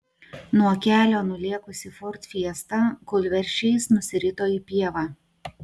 nuo kelio nulėkusi ford fiesta kūlversčiais nusirito į pievą